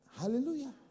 Hallelujah